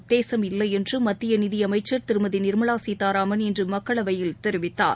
உத்தேசம் இல்லை என்று மத்திய நிதியமைச்சர் திருமதி நிர்மலா சீதாராமன் இன்று மக்களவையில் தெரிவித்தார்